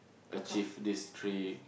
achieve this three